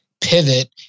pivot